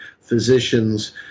physicians